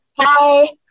Hi